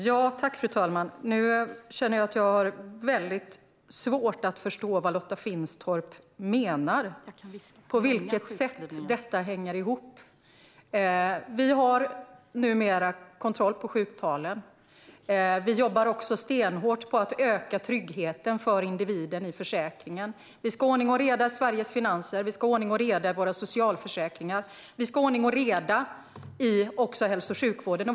Fru talman! Nu känner jag att jag har väldigt svårt att förstå vad Lotta Finstorp menar och på vilket sätt detta hänger ihop. Vi har numera kontroll på sjuktalen. Vi jobbar stenhårt för att öka tryggheten för individen i försäkringen. Vi ska ha ordning och reda i Sveriges finanser, vi ska ha ordning och reda i våra socialförsäkringar och vi ska ha ordning och reda också i hälso och sjukvården.